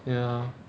ya